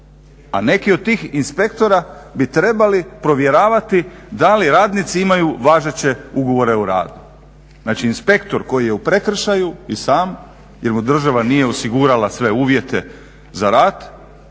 A neki od tih inspektora bi trebali provjeravati da li radnici imaju važeće ugovore o radu. Znači inspektor koji je u prekršaju i sam jer mu država nije osigurala sve uvjete za rad